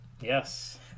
Yes